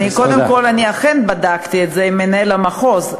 קודם כול, אני אכן בדקתי את זה עם מנהל המחוז.